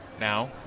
Now